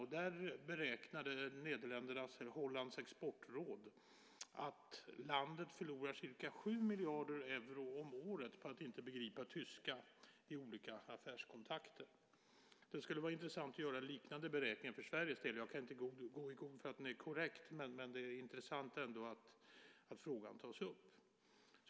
Hollands exportråd beräknar att landet förlorar ca 7 miljarder euro om året på att man inte begriper tyska i olika affärskontakter. Det skulle vara intressant att göra liknande beräkningar för Sverige. Jag kan inte gå i god för att de är korrekta, men det är ändå intressant att frågan tas upp.